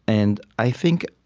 and i think